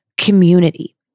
Community